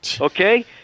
Okay